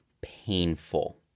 painful